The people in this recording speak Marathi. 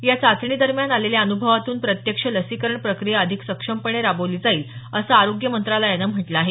या चाचणीदरम्यान आलेल्या अनुभवातून प्रत्यक्ष लसीकरण प्रक्रिया अधिक सक्षमपणे राबवली जाईल असं आरोग्य मंत्रालयानं म्हटलं आहे